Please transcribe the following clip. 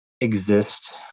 exist